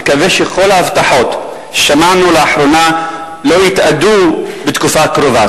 אני מקווה שכל ההבטחות ששמענו לאחרונה לא יתאדו בתקופה הקרובה.